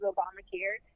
Obamacare